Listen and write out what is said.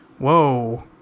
Whoa